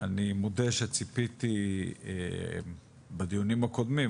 אני מודה שציפיתי בדיונים הקודמים,